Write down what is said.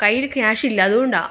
കയ്യിൽ ക്യാഷില്ലാ അതുകൊണ്ടാണ്